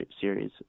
series